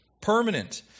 Permanent